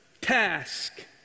task